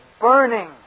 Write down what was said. burning